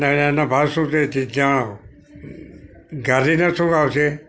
અને એનો ભાવ શું રહેશે જણાવો ગાઝીનો શું ભાવ છે